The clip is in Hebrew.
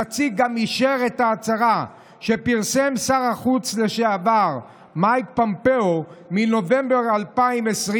הנציג גם אישר את ההצהרה שפרסם שר החוץ לשעבר מייק פומפאו בנובמבר 2020,